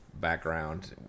background